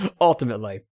ultimately